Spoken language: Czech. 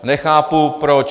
Nechápu proč.